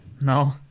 no